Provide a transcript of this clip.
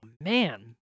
man